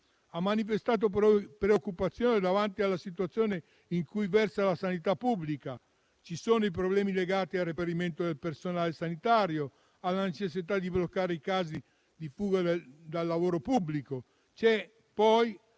manifestato preoccupazione davanti alla situazione in cui versa la sanità pubblica: ci sono i problemi legati al reperimento del personale sanitario, alla necessità di bloccare i casi di fuga dal lavoro pubblico;